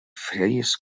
fris